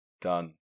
Done